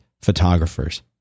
photographers